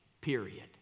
period